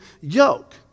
yoke